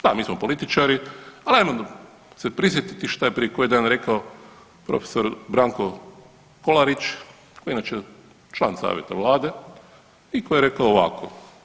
Da, mi smo političari, al ajmo se prisjetiti što je prije koji dan rekao prof. Branko Kolarić koji je inače član savjeta vlade i koji je rekao ovako.